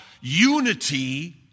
unity